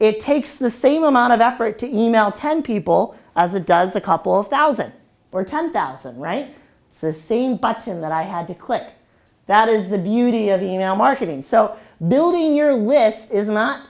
it takes the same amount of effort to e mail ten people as it does a couple of thousand or ten thousand for the same button that i had to click that is the beauty of you know marketing so building your wits is not